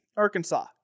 Arkansas